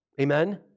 Amen